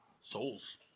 Souls